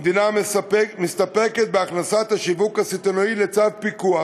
המדינה מסתפקת בהכנסת השיווק הסיטונאי לצו פיקוח,